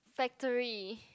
Factorie